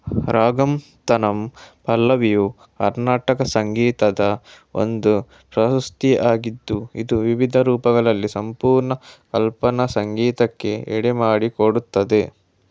ರಾಗಮ್ ತಾನಮ್ ಪಲ್ಲವಿಯು ಕರ್ನಾಟಕ ಸಂಗೀತದ ಒಂದು ಪ್ರಹಸ್ತಿ ಆಗಿದ್ದು ಇದು ವಿವಿಧ ರೂಪಗಳಲ್ಲಿ ಸಂಪೂರ್ಣ ಕಲ್ಪನಾ ಸಂಗೀತಕ್ಕೆ ಎಡೆಮಾಡಿಕೊಡುತ್ತದೆ